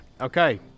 Okay